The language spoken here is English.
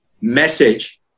message